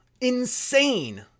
Insane